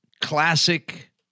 classic